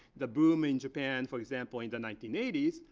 the boom in japan, for example, in the nineteen eighty s,